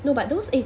no but those eh